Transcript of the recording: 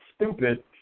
stupid